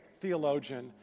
theologian